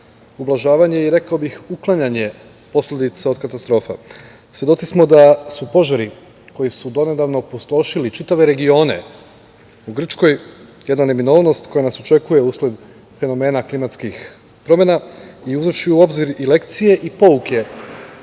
ublažavanje i rekao bih uklanjanje posledica od katastrofa. Svedoci smo da su požari koji su donedavno opustošili čitave regione u Grčkoj jedna neminovnost koja nas očekuje usled fenomena klimatskih promena. Uzevši u obzir i lekcije i pouke